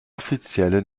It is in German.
offizielle